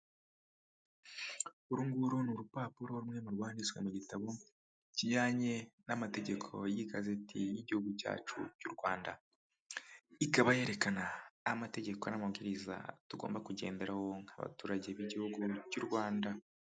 Urunguru ni urupapuro rumwe mu rwanditswe mu gitabo kijyanye n'amategeko y'igazeti y'igihugu cyacu cy'u Rwanda. Ikaba yerekana aho amategeko n'amabwiriza tugomba kugenderaho nk'abaturage b'igihugu cy'u Rwanda.